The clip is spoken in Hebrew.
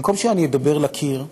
במקום שאני אדבר לקיר,